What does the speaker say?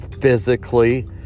physically